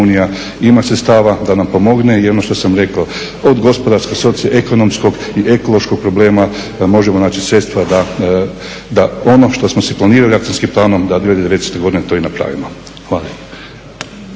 ima sredstava da nam pomogne. I ono što sam rekao od gospodarskog, ekonomskog i ekološkog problema da možemo naći sredstva da ono što smo si planirali akcijskim planom da …/Govornik se ne razumije./… godine to i napravimo. Hvala.